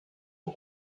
aux